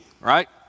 right